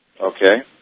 Okay